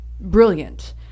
brilliant